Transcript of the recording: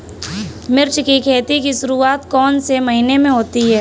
मिर्च की खेती की शुरूआत कौन से महीने में होती है?